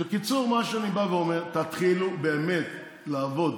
בקיצור, מה שאני בא ואומר: תתחילו באמת לעבוד